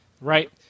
right